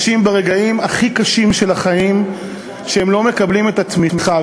ברגעים הכי קשים של החיים חשים שהם לא מקבלים את התמיכה.